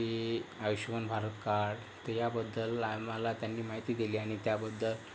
की आयुष्यमान भारत कार्ड तर याबद्दल आम्हाला त्यांनी माहिती दिली आणि त्याबद्दल